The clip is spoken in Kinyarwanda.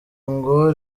ngo